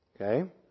Okay